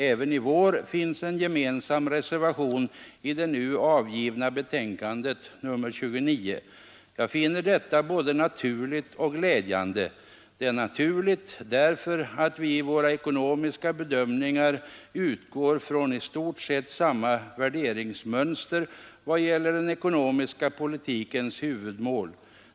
Även i vår finns en gemensam reservation vid det nu avgivna betänkandet nr 29. Jag finner detta både naturligt och glädjande. Det är naturligt därför att vi i våra ekonomiska bedömningar utgår från i stort sett samma värderingsmönster i vad gäller den ekonomiska politikens huvudmål.